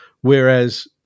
Whereas